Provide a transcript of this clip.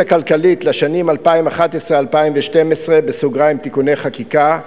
הכלכלית לשנים 2011 ו-2012 (תיקוני חקיקה),